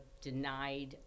denied